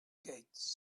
gates